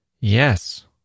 Yes